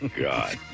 God